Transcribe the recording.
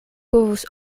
povus